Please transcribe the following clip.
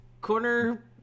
corner